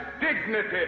dignity